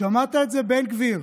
שמעת את זה, בן גביר?